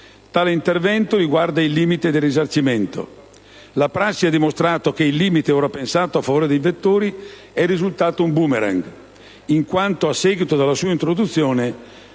Tale intervento riguarda il limite del risarcimento. La prassi ha dimostrato che il limite allora pensato a favore dei vettori è risultato un *boomerang*, in quanto a seguito della sua introduzione